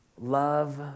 love